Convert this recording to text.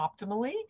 optimally